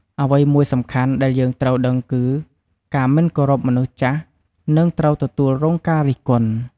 អ្វីមួយសំខាន់ដែលយើងត្រូវដឹងគឺ ការមិនគោរពមនុស្សចាស់នឹងត្រូវទទួលរងការរិះគន់។